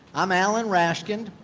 i'm alan rashkind.